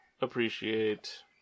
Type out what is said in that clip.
appreciate